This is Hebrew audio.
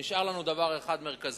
נשאר לנו דבר אחד מרכזי,